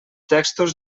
textos